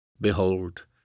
Behold